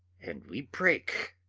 and we break.